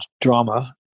drama